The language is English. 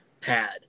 pad